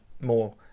more